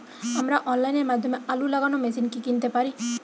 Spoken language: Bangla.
আমরা অনলাইনের মাধ্যমে আলু লাগানো মেশিন কি কিনতে পারি?